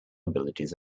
abilities